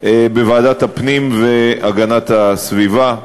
בוועדת הפנים והגנת הסביבה,